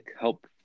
help